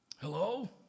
Hello